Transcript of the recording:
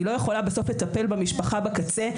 אני לא יכולה לטפל במשפחה בקצה,